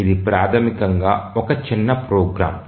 ఇది ప్రాథమికంగా ఒక చిన్న ప్రోగ్రామ్